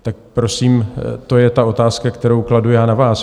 Tak prosím, to je ta otázka, kterou kladu já na vás.